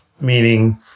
Meaning